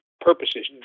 purposes